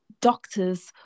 doctors